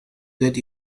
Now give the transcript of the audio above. that